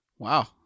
Wow